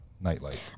nightlight